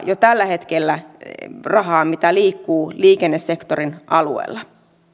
jo tällä hetkellä isosta potista rahaa mitä liikkuu liikennesektorin alueella